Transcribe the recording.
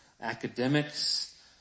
academics